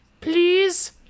please